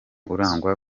urangwa